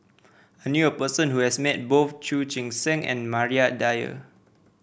I knew a person who has met both Chu Chee Seng and Maria Dyer